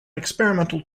experimental